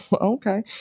okay